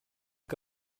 que